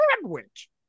sandwich